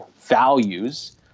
values